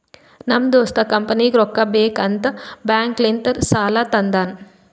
ನಮ್ ದೋಸ್ತ ಕಂಪನಿಗ್ ರೊಕ್ಕಾ ಬೇಕ್ ಅಂತ್ ಬ್ಯಾಂಕ್ ಲಿಂತ ಸಾಲಾ ತಂದಾನ್